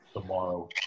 tomorrow